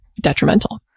detrimental